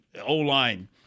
O-line